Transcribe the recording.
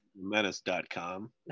menace.com